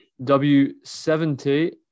W70